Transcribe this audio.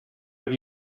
have